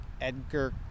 Edgar